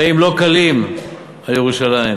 רגעים לא קלים על ירושלים.